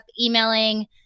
emailing